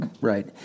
Right